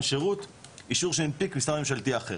שירות אישור שהנפיק משרד ממשלתי אחר.